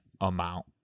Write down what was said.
amount